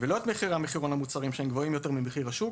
ולא את מחירי המחירון המוצהרים שהם גבוהים יותר ממחיר השוק.